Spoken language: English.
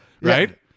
right